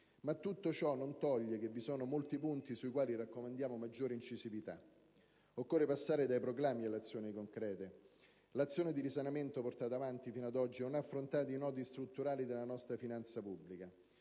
Tutto ciò non toglie, però, che vi sono molti punti sui quali raccomandiamo maggiore incisività. Occorre passare dai proclami alle azioni concrete. L'azione di risanamento portata avanti fino ad oggi non ha affrontato i nodi strutturali della nostra finanza pubblica: